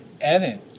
Evan